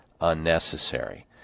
unnecessary